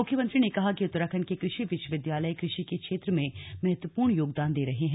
मुख्यमंत्री ने कहा कि उत्तराखण्ड के कृषि विश्वविद्यालय कृषि के क्षेत्र में महत्वपूर्ण योगदान दे रहे हैं